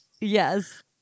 Yes